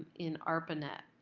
in arpanet.